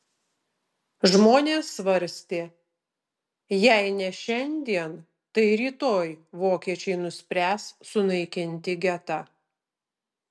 žmonės svarstė jei ne šiandien tai rytoj vokiečiai nuspręs sunaikinti getą